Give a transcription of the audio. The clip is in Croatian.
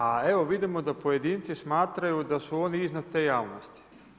A evo, vidimo da pojedinci smatraju da su oni iznad te javnosti.